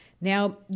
Now